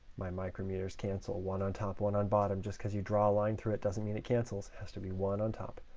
my micrometers cancel one on top, one on bottom. just because you draw a line through it, doesn't mean it cancels. it has to be one on top,